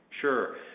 Sure